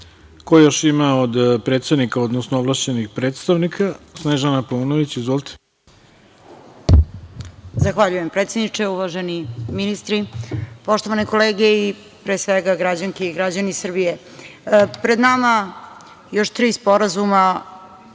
još ima od predsednika, odnosno ovlašćenih predstavnika? Snežana Paunović. Izvolite. **Snežana Paunović** Zahvaljujem predsedniče. Uvaženi ministri, poštovane kolege i pre svega građanke i građani Srbije, pred nama još tri sporazuma